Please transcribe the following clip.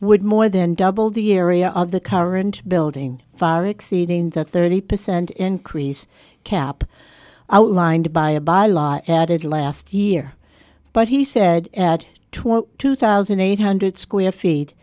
would more than double the area of the current building far exceeding the thirty percent increase cap outlined by a bylaw added last year but he said at twenty two thousand eight hundred square feet